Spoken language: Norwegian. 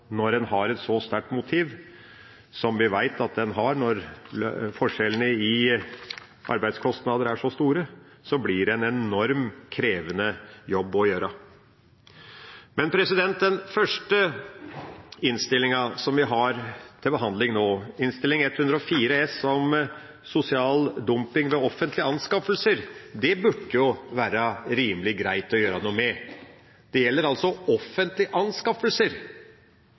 Når en har et så sterkt motiv som vi vet at en har når forskjellene i arbeidskostnader er så store, blir dette en enormt krevende jobb å gjøre. Den ene innstillinga som vi har til behandling nå, Innst. 104 S, omhandler sosial dumping ved offentlige anskaffelser. Det burde det være rimelig greit å gjøre noe med. Det gjelder altså offentlige anskaffelser.